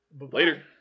Later